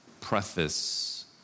preface